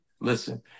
listen